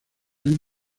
han